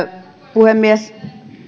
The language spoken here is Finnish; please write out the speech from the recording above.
puhemies